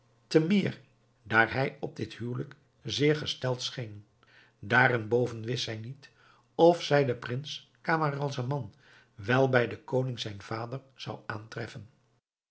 te meer daar hij op dit huwelijk zeer gesteld scheen daarenboven wist zij niet of zij den prins camaralzaman wel bij den koning zijn vader zou aantreffen